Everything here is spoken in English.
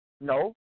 no